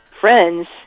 friends